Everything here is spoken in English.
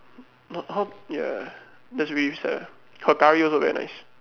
no how ya that's really sad ah her curry also very nice